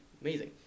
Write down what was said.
amazing